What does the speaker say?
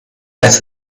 better